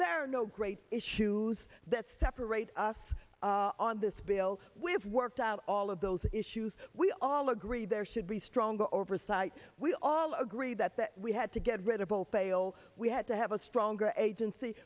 are no great issues that separate us on this bill we have worked out all of those issues we all agree there should be stronger oversight we all agree that that we had to get rid of all fail we had to have a stronger agency